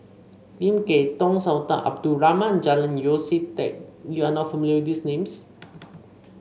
Lim Kay Tong Sultan Abdul Rahman and Julian Yeo See Teck you are not familiar with these names